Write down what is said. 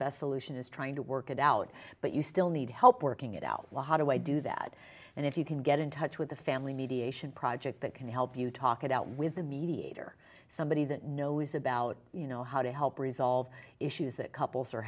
best solution is trying to work it out but you still need help working it out how do i do that and if you can get in touch with the family mediation praja that can help you talk it out with a mediator somebody that knows about you know how to help resolve issues that couples are